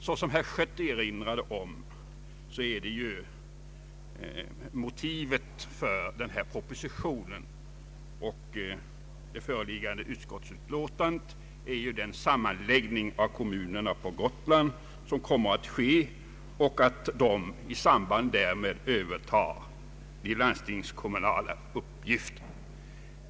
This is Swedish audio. Såsom herr Schött erinrade om är motivet för denna proposition och det föreliggande utskottsutlåtandet den sammanläggning av kommunerna på Gotland som kommer att ske. I samband därmed övertar kommunerna de landstingskommunala uppgifterna.